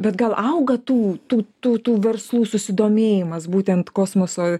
bet gal auga tų tų tų tų verslų susidomėjimas būtent kosmoso